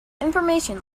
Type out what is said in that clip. information